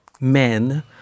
men